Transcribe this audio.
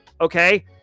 Okay